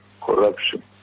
corruption